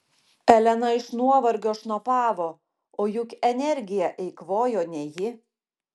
elena iš nuovargio šnopavo o juk energiją eikvojo ne ji